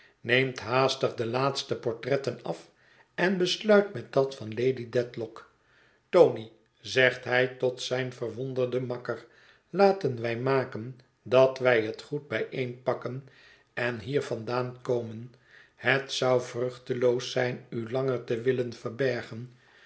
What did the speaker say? neemt haastig de laatste portretten af en besluit met dat van lady dedlock tony zegt hij tot zijn verwonderden makker laten wij maken dat wij het goed bijeenpakken en hier vandaan komen het zou vruchteloos zijn u langer te willen verbergen